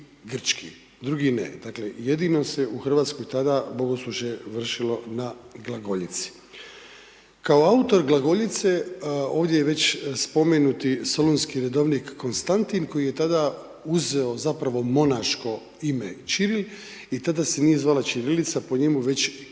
drugi ne. Dakle jedino se u Hrvatskoj bogoslužje vršilo na glagoljici. Kao autor glagoljice ovdje je već spomenuti solunski redovnik Konstantin koji je tada uzeo zapravo monaško ime Ćiril i tada se nije zvala ćirilica po njemu već kirilovica.